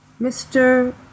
Mr